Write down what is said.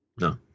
No